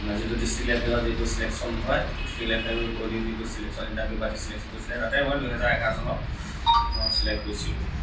আমাৰ যিটো ডিষ্টিক লেভেলৰ যিটো চিলেকশ্যন হয় ডিষ্টিক লেভেল অ ডি যিটো চিলেকশ্যন ইণ্টাৰভিউ পাতি চিলেকশ্যন কৰিছিলে তাতে মই দুহেজাৰ এঘাৰ চনত মই চিলেক্ট হৈছিলোঁ